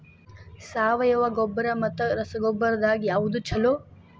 ಸಾವಯವ ಗೊಬ್ಬರ ಮತ್ತ ರಸಗೊಬ್ಬರದಾಗ ಯಾವದು ಛಲೋ?